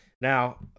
now